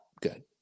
good